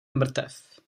mrtev